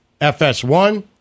FS1